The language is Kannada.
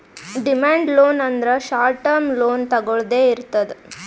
ಡಿಮ್ಯಾಂಡ್ ಲೋನ್ ಅಂದ್ರ ಶಾರ್ಟ್ ಟರ್ಮ್ ಲೋನ್ ತೊಗೊಳ್ದೆ ಇರ್ತದ್